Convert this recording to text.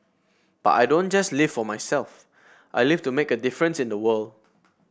but I don't just live for myself I live to make a difference in the world